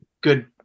good